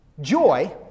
joy